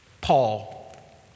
Paul